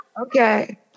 Okay